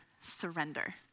surrender